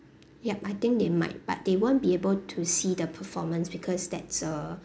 yup I think they might but they won't be able to see the performance because that's a